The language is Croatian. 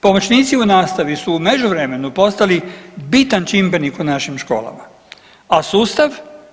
Pomoćnici u nastavi su u međuvremenu postali bitan čimbenik u našim školama, a sustav?